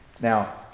Now